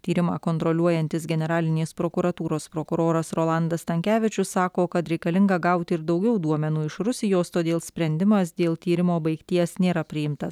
tyrimą kontroliuojantis generalinės prokuratūros prokuroras rolandas stankevičius sako kad reikalinga gauti ir daugiau duomenų iš rusijos todėl sprendimas dėl tyrimo baigties nėra priimtas